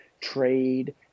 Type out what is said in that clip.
trade